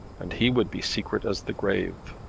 and he would be secret as the grave.